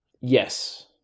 yes